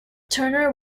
turner